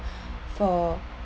for